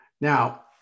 Now